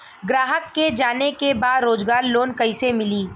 ग्राहक के जाने के बा रोजगार लोन कईसे मिली?